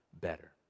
better